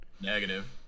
Negative